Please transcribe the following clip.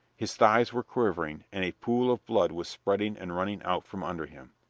his thighs were quivering, and a pool of blood was spreading and running out from under him.